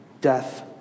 death